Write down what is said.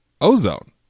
Ozone